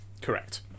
Correct